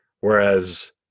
whereas